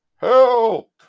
help